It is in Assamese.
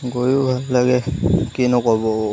গৈয়ো ভাল লাগে কিনো ক'ব